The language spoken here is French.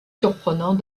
surprenant